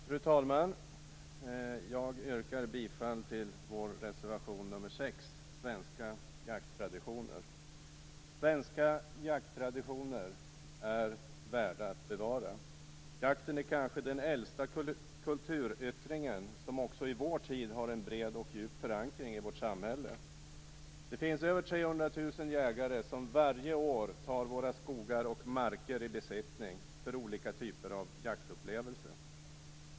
Fru talman! Jag yrkar bifall till vår reservation nr 6, Svenska jakttraditioner. Svenska jakttraditioner är värda att bevara. Jakten är kanske den äldsta kulturyttringen, och den har också i vår tid en bred och djup förankring i vårt samhälle. Det finns över 300 000 jägare som varje år tar våra skogar och marker i besittning för olika typer av jaktupplevelse.